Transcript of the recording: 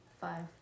five